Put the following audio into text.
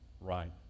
Right